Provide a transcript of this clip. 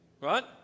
right